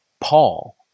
Paul